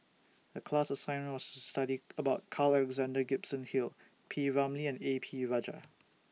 The class assignment was to study about Carl Alexander Gibson Hill P Ramlee and A P Rajah